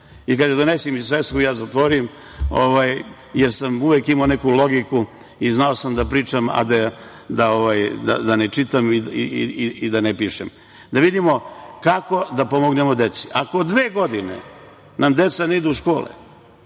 i kaže – donesi mi svesku, ja zatvorim, jer sam uvek imao neku logiku i znao sam da pričam, a da ne čitam i da ne pišem. Da vidimo kako da pomognemo deci. Ako dve godine nam deca ne idu u škole,